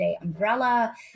umbrella